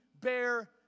bear